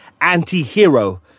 anti-hero